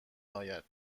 آید